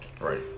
Right